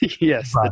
Yes